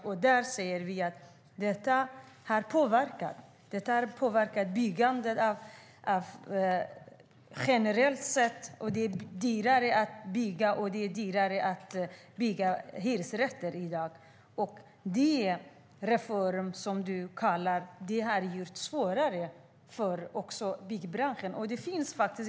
Vi ser att det har påverkat byggandet generellt. Det är i dag dyrare att bygga och dyrare att bygga hyresrätter. Det du kallar reform har gjort det svårare också för byggbranschen.